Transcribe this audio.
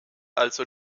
also